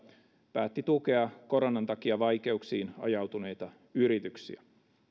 päätti tukea koronan takia vaikeuksiin ajautuneita yrityksiä